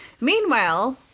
Meanwhile